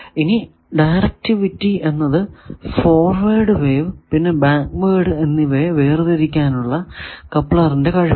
ഇനി ഡയറക്ടിവിറ്റി എന്നത് forward wave പിന്നെ ബാക്ക് വേഡ് എന്നിവയെ വേർതിരിക്കാനുള്ള കപ്ലറിന്റെ കഴിവാണ്